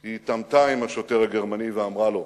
היא התעמתה עם השוטר הגרמני ואמרה לו: